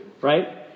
right